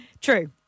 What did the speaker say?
True